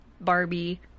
Barbie